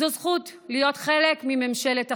זו זכות להיות חלק ממשלת אחדות.